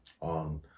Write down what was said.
on